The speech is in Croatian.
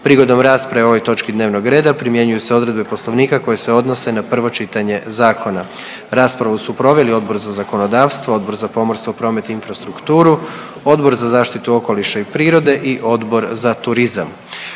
Prigodom rasprave o ovoj točki dnevnog reda primjenjuju se odredbe Poslovnika koje se odnose na prvo čitanje zakona. Raspravu su proveli Odbor za zakonodavstvo, Odbor za pomorstvo, promet i infrastrukturu, Odbor za zaštitu okoliša i prirode i Odbor za turizam.